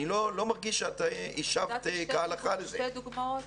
נתתי לזה שתי דוגמאות.